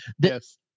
Yes